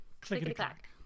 Clickety-clack